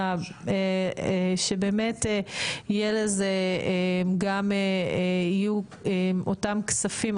אלא שבאמת יהיו לזה גם את אותם הכספים,